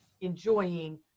enjoying